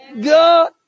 God